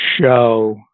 show